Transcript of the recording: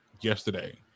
yesterday